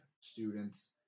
students